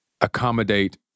accommodate